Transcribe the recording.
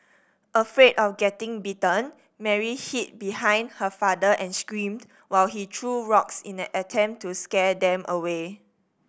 afraid of getting bitten Mary hid behind her father and screamed while he threw rocks in an attempt to scare them away